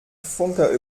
funke